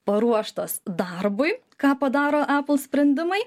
paruoštas darbui ką padaro apple sprendimai